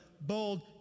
bold